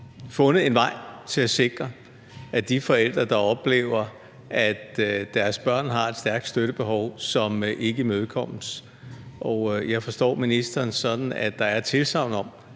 fundet en vej til at sikre, at de forældre, der oplever, at deres børn har et stort støttebehov, som ikke imødekommes, får hjælp. Jeg forstår ministeren sådan, at der er et tilsagn om,